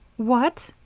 what!